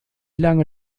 lange